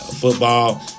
Football